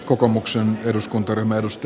arvoisa herra puhemies